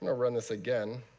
and run this again.